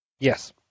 Yes